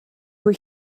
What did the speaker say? were